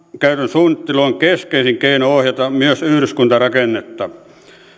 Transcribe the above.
maankäytön suunnittelu on keskeisin keino ohjata myös yhdyskuntarakennetta